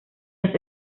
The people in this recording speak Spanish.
los